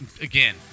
Again